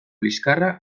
liskarra